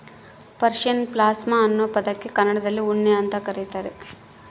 Persian ಪಾಷ್ಮಾ ಅನ್ನೋ ಪದಕ್ಕೆ ಕನ್ನಡದಲ್ಲಿ ಉಣ್ಣೆ ಅಂತ ಕರೀತಾರ